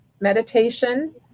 meditation